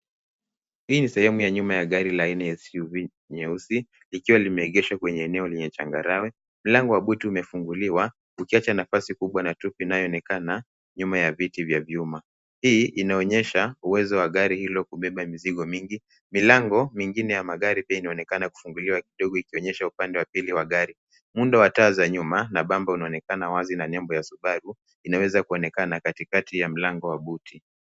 Hili ni sehemu ya nyuma ya gari aina ya suv nyeusi likiwa limeegeshwa kwenye eneo lenye changarawe. Mlango wa buti umefunguliwa ukiacha nafasi kubwa na tuki inayoonekana nyuma ya viti vya vyuma. Hii inaonyesha uwezo wa gari hilo kubeba mizigo mingi. Milango mingine ya magari pia inaonekana kufunguliwa kidogo kuonyesha upande wa pili wa gari. Muundo wa taa za nyuma na bamba unaonekana wazi na nembo ya subaru inaweza kuonekana katikati ya mlango wa buti.